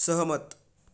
सहमत